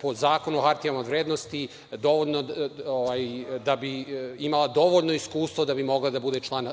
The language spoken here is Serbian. po Zakonu o hartijama od vrednosti dovoljno da bi imala dovoljno iskustvo da bi mogla da bude član